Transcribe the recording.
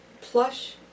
plush